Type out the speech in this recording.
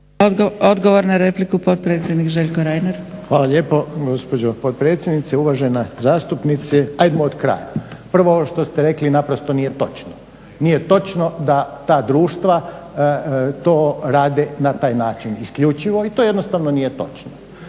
Odgovor na repliku potpredsjednik Željko Reiner. **Reiner, Željko (HDZ)** Hvala lijepo gospođo potpredsjednice. Uvažena zastupnice, ajmo od kraja. Prvo ono što ste rekli naprosto nije točno, nije točno da ta društva to rade na taj način isključivo i to jednostavno nije točno.